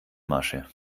masche